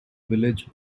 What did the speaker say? village